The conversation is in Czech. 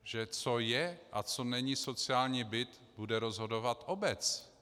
Že o tom, co je a co není sociální byt, bude rozhodovat obec.